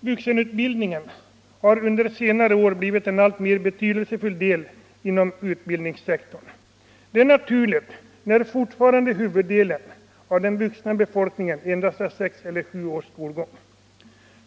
Vuxenutbildningen har under senare år blivit en alltmer betydelsefull del av utbildningssektorn. Det är naturligt, när fortfarande huvuddelen av den vuxna befolkningen endast har sex eller sju års skolgång.